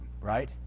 right